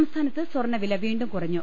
സംസ്ഥാനത്ത് സ്വർണവില വീണ്ടും കുറഞ്ഞു